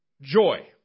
Joy